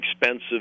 expensive